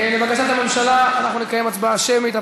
לבקשת הממשלה, אנחנו נקיים הצבעה שמית.